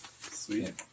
sweet